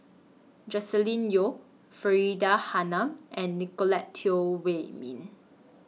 Joscelin Yeo Faridah Hanum and Nicolette Teo Wei Min